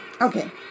Okay